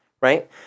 right